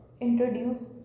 introduce